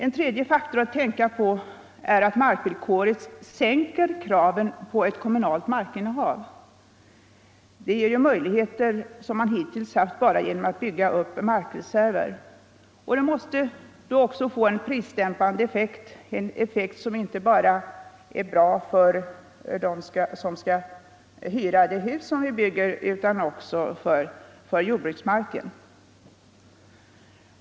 En tredje faktor att tänka på är att markvillkoret sänker kraven på ett kommunalt markinnehav — det ger ju möjligheter som man hittills haft bara genom att bygga upp markreserver. Och det måste också få en prisdämpande effekt — en effekt som är bra inte bara för dem som skall hyra det hus som byggs utan också för jordbruksmarken.